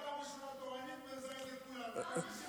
פעם ראשונה תורנית והיא מזרזת את כולם.